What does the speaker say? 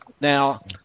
Now